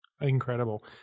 Incredible